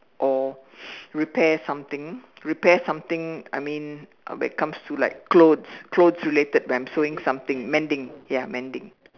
or repair something repair something I mean when it comes to like clothes clothes related when I'm sewing something mending ya mending